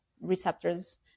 receptors